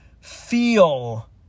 feel